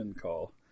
call